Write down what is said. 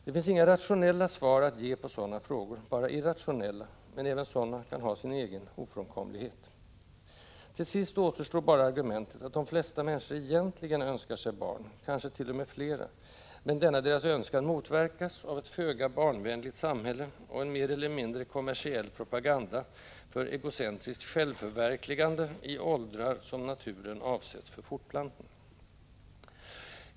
Det finns inga rationella svar att ge på sådana frågor, bara irrationella, men även sådana kan ha sin egen ofrånkomlighet. Till sist återstår bara argumentet att de flesta människor egentligen önskar sig barn, kanske t.o.m. flera, men denna deras önskan motverkas av ett föga barnvänligt samhälle och en mer eller mindre kommersiell propaganda för egocentriskt ”självförverkligande” i åldrar som naturen avsett för fortplantning.